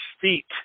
feet